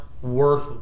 worth